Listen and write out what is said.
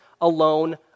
alone